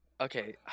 Okay